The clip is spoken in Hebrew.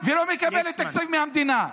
ולא מקבלת תקציב מהמדינה.